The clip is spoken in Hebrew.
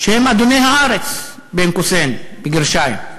שהם אדוני הארץ, "בן קוסם" בגרשיים.